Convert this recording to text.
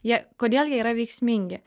jie kodėl jie yra veiksmingi